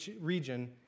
region